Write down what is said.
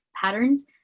patterns